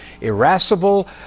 irascible